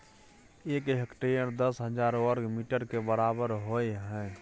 एक हेक्टेयर दस हजार वर्ग मीटर के बराबर होय हय